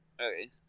Okay